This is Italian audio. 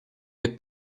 che